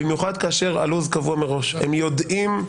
במיוחד כאשר הלו"ז קבוע מראש: הם יודעים,